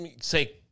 say